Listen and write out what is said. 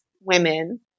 women